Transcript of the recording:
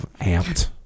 amped